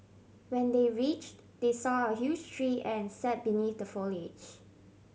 when they reached they saw a huge tree and sat beneath the foliage